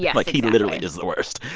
yeah like, he literally is the worst